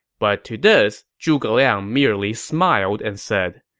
but to this, zhuge liang merely smiled and said,